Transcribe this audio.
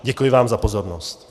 Děkuji vám za pozornost.